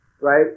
right